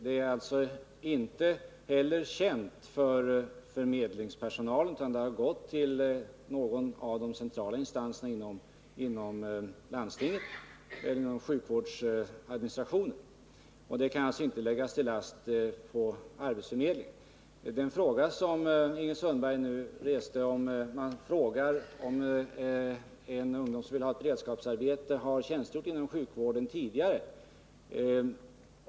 Intyget är inte heller känt för förmedlingspersonalen, utan det har gått till någon av de centrala instanserna inom landstingets sjukvårdsadministration. Arbetsförmedlingen kan alltså inte läggas något till last i det här sammanhanget. Den fråga som Ingrid Sundberg nu reste var om man frågar ungdomar som vill ha beredskapsarbete om de tjänstgjort inom sjukvården tidigare.